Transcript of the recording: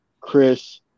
Chris